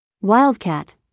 wildcat